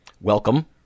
Welcome